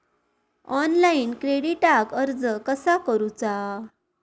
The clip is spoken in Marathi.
ऑनलाइन क्रेडिटाक अर्ज कसा करुचा?